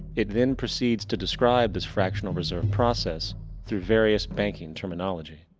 it then precedes to describe this fractional reserve process through various banking terminology.